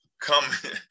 come